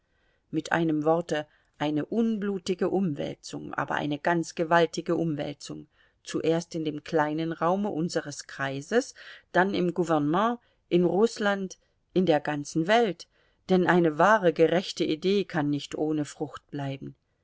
mit einem worte eine unblutige umwälzung aber eine ganz gewaltige umwälzung zuerst in dem kleinen raume unseres kreises dann im gouvernement in rußland in der ganzen welt denn eine wahre gerechte idee kann nicht ohne frucht bleiben